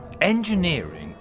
engineering